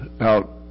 out